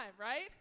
right